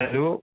hello